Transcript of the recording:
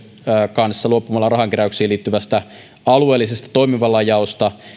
kanssa luopumalla rahankeräyksiin liittyvästä alueellisesta toimivallan jaosta